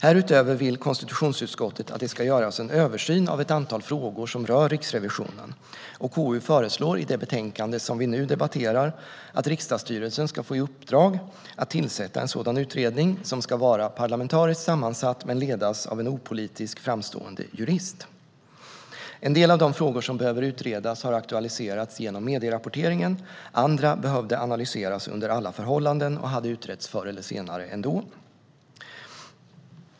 Härutöver vill konstitutionsutskottet att det ska göras en översyn av ett antal frågor som rör Riksrevisionen. KU föreslår i det betänkande som vi nu debatterar att riksdagsstyrelsen ska få i uppdrag att tillsätta en sådan utredning som ska vara parlamentariskt sammansatt men ledas av en opolitisk, framstående jurist. En del av de frågor som behöver utredas har aktualiserats genom medierapporteringen. Andra behövde analyseras under alla förhållanden och hade utretts förr eller senare ändå.